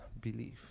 belief